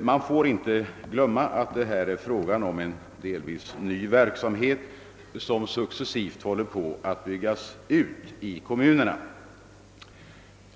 Man får inte glömma att det här är fråga om en delvis ny verksam het, som successivt håller på att byggas ut i kommunerna.